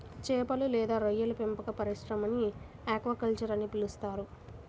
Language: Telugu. చేపలు లేదా రొయ్యల పెంపక పరిశ్రమని ఆక్వాకల్చర్ అని పిలుస్తారు